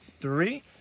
three